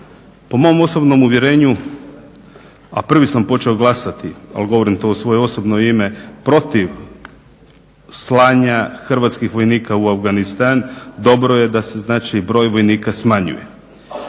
Po mom osobnom uvjerenju, a prvi sam počeo glasati, ali govorim to u svoje osobno ime, protiv slanja hrvatskih vojnika u Afganistan dobro je da se znači broj vojnika smanjuje.